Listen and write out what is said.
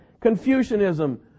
confucianism